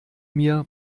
mir